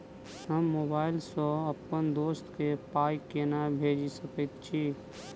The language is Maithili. हम मोबाइल सअ अप्पन दोस्त केँ पाई केना भेजि सकैत छी?